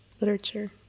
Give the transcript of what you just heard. literature